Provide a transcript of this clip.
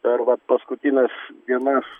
per vat paskutines dienas